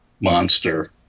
monster